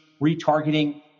retargeting